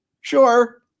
Sure